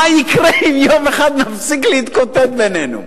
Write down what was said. מה יקרה אם יום אחד נפסיק להתקוטט בינינו?